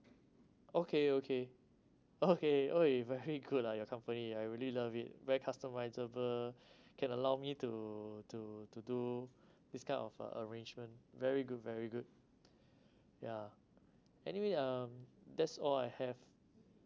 okay okay okay !oi! very good lah your company I really love it very customisable can allow me to to to do this kind of uh arrangement very good very good yeah anyway um that's all I have